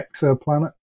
exoplanet